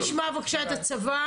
הפנים): אני רוצה לשמוע את נציגי הצבא.